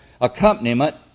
accompaniment